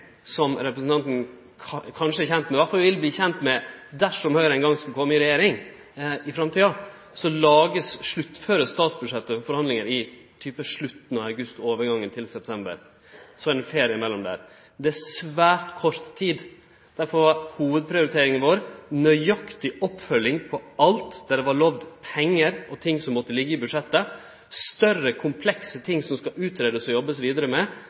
Som representanten kanskje er kjend med, eller iallfall vil verte kjend med dersom Høgre ein gong skulle kome i regjering i framtida, så vert forhandlingane om statsbudsjettet sluttførte i slutten av august eller overgangen til september. Det er svært kort tid. Derfor var hovudprioriteringa vår nøyaktig oppfølging av alt som det vart lova pengar til, og som måtte ligge i budsjettet. Når det gjeld større komplekse ting som skal verte utgreidde, og som det skal jobbast vidare med,